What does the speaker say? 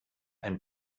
ein